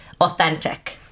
authentic